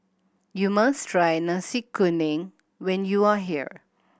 you must try Nasi Kuning when you are here